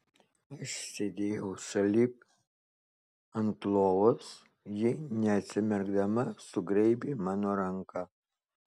aš sėdėjau šalip ant lovos ji neatsimerkdama sugraibė mano ranką